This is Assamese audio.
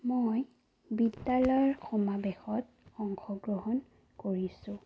মই বিদ্যালয়ৰ সমাবেশত অংশগ্ৰহণ কৰিছোঁ